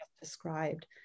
described